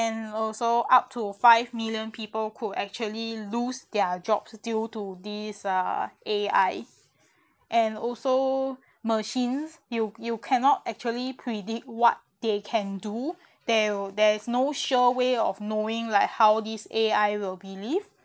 and also up to five million people could actually lose their jobs due to this uh A_I and also machines you you cannot actually predict what they can do there'll there is no sure way of knowing like how this A_I will believe